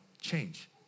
change